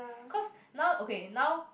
cause now okay now